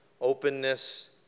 openness